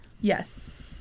yes